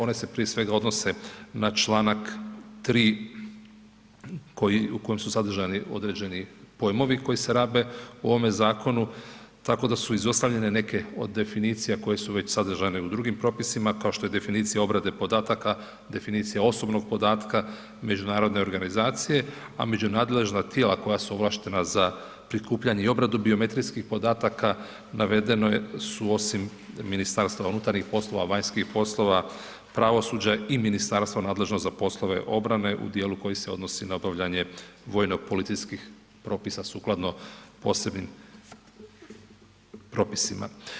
One se prije svega odnose na članak 3. u kom su sadržani određeni pojmovi koji se rabe u ovome zakonu, tako da su izostavljene neke od definicija koje su već sadržane u drugim propisima kao što je definicija obrade podataka, definicija osobnog podatka međunarodne organizacije, a među nadležna tijela koja su ovlaštena za prikupljanje i obradu biometrijskih podataka navedena su osim MUP-a, vanjskih poslova, pravosuđa i ministarstvo nadležno za poslove obrane u dijelu koji se odnosi na obavljanje vojno policijskih propisa sukladno posebnim propisima.